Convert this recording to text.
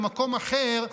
במקום אחר,